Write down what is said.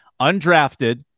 Undrafted